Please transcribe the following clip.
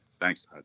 Thanks